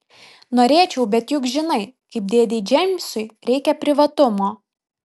norėčiau bet juk žinai kaip dėdei džeimsui reikia privatumo